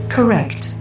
Correct